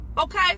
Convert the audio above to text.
Okay